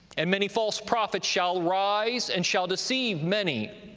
and many false prophets shall rise, and shall deceive many.